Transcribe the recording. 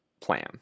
plan